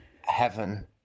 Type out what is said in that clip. heaven